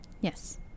yes